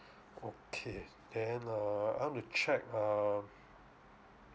okay then err I want to check err